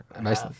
Nice